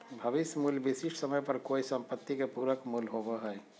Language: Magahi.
भविष्य मूल्य विशिष्ट समय पर कोय सम्पत्ति के पूरक मूल्य होबो हय